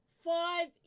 five